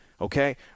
Okay